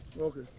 Okay